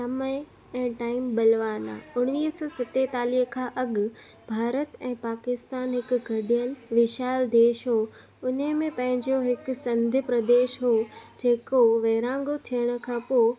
समय ऐं टाइम बलवान आहे उणवीह सौ सतेतालीह खां अॻु भारत ऐं पाकिस्तान हिकु गॾियल विशाल देश हो हुनमें हिकु पंहिंजो सिंध प्रदेश हो जेको विर्हाङो थियण खां पोइ